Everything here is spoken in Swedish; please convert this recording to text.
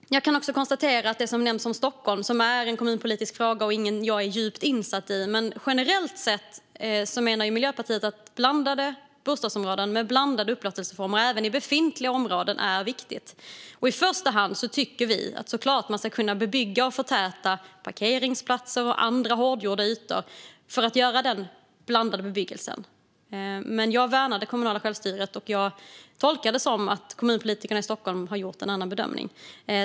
Det som nämns om Stockholm är en kommunpolitisk fråga som jag inte är djupt insatt i. Men generellt sett menar Miljöpartiet att det är viktigt med blandade bostadsområden och blandade upplåtelseformer även i befintliga bostadsområden. I första hand tycker vi såklart att man ska kunna bebygga och förtäta parkeringsplatser och andra hårdgjorda ytor för att få den blandade bebyggelsen. Men jag värnar det kommunala självstyret, och jag tolkar det som att kommunpolitikerna i Stockholm har gjort en annan bedömning.